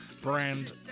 brand